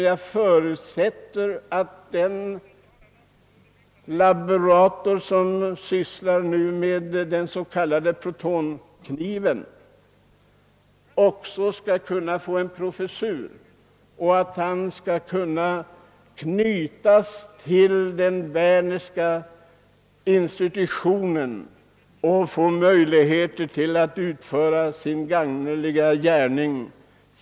Jag förutsätter att den laborator, som nu sysslar med den s.k. protonkniven, skall kunna få en professur och kunna anknytas till den Wernerska institutionen och därigenom beredas möjlighet att fortsätta sin gagneliga gärning.